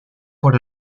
por